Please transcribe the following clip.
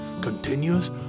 continues